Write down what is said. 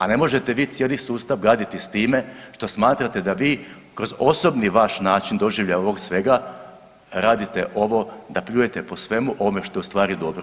A ne možete vi cijeli sustav gaditi s time što smatrate da vi kroz osobni vaš način doživljaja ovog svega radite ovo da pljujete po svemu ovome što je ustvari dobro.